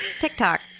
TikTok